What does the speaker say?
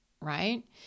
right